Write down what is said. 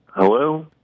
Hello